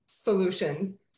solutions